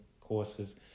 courses